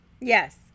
Yes